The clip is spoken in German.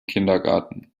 kindergarten